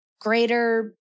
greater